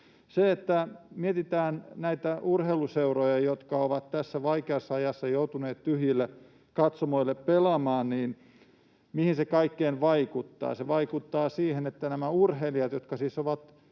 Jos mietitään näitä urheiluseuroja, jotka ovat tässä vaikeassa ajassa joutuneet tyhjille katsomoille pelaamaan, niin mihin kaikkeen se vaikuttaa? Se vaikuttaa siihen, että nämä urheilijat — jotka siis ovat